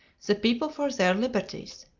the people for their liberties.